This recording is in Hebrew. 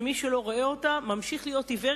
שמי שלא רואה אותה ממשיך להיות עיוור,